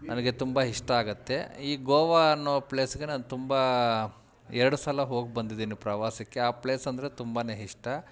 ನನಗೆ ತುಂಬ ಇಷ್ಟ ಆಗತ್ತೆ ಈ ಗೋವಾ ಅನ್ನೋ ಪ್ಲೇಸ್ಗೆ ನಾನು ತುಂಬ ಎರಡು ಸಲ ಹೋಗಿ ಬಂದಿದ್ದೀನಿ ಪ್ರವಾಸಕ್ಕೆ ಆ ಪ್ಲೇಸ್ ಅಂದರೆ ತುಂಬಾ ಇಷ್ಟ